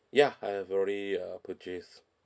ya I have already uh purchase